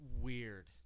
Weird